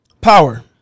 Power